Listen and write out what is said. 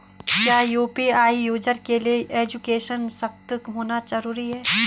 क्या UPI user के लिए एजुकेशनल सशक्त होना जरूरी है?